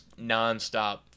nonstop